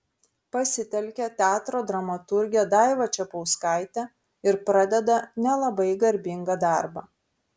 pasitelkia teatro dramaturgę daivą čepauskaitę ir pradeda nelabai garbingą darbą